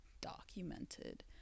documented